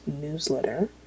newsletter